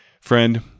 Friend